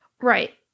Right